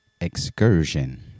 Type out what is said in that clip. excursion